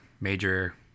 major